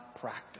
practice